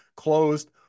Closed